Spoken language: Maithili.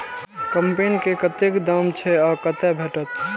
कम्पेन के कतेक दाम छै आ कतय भेटत?